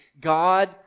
God